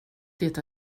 det